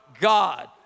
God